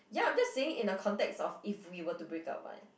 ya I'm just saying in the context of if we were to break up [what]